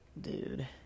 dude